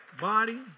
Body